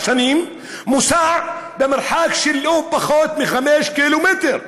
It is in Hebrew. מוסע למרחק של לא פחות מחמישה קילומטרים?